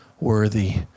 worthy